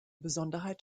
besonderheit